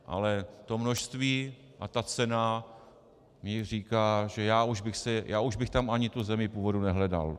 Ale to množství a ta cena mi říká, že já už bych tam ani tu zemi původu nehledal.